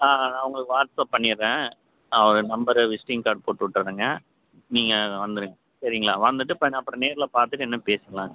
ஆ ஆ உங்களுக்கு வாட்ஸ்அப் பண்ணிவிட்றேன் அவர் நம்பரை விசிட்டிங் கார்ட் போட்டுவிட்டுறேங்க நீங்கள் வந்துருங்க சரிங்களா வந்துவிட்டு இப்போ நான் அப்புறம் நேரில் பார்த்துட்டு என்னன்னு பேசிக்கலாம்ங்க